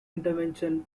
intervention